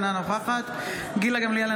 אינה נוכחת גילה גמליאל,